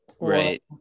Right